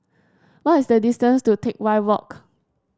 what is the distance to Teck Whye Walk